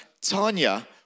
Tanya